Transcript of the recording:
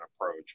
approach